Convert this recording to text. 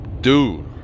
Dude